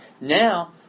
Now